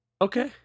Okay